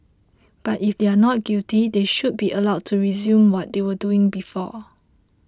but if they are not guilty they should be allowed to resume what they were doing before